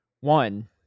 one